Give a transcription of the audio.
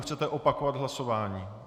Chcete opakovat hlasování.